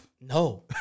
No